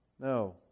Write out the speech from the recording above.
no